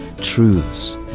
truths